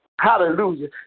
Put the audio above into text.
Hallelujah